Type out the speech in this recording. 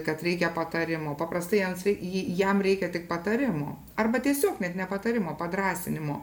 kad reikia patarimo paprastai jam reikia tik patarimo arba tiesiog net ne patarimo padrąsinimo